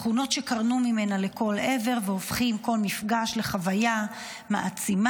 תכונות שקרנו ממנה לכל עבר והופכות כל מפגש לחוויה מעצימה.